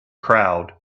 crowd